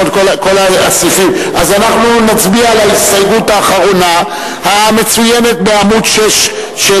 אנחנו נצביע על ההסתייגות האחרונה המצוינת בעמוד 6 של